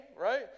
right